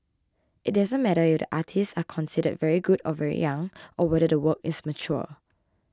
it doesn't matter if the artists are considered very good or very young or whether the work is mature